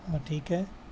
ہاں ٹھیک ہے